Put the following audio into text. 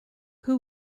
who